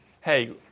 hey